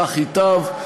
כך ייטב.